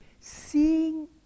seeing